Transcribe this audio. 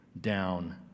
down